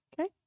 Okay